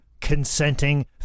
consenting